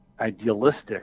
idealistic